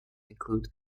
include